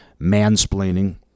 mansplaining